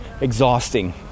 exhausting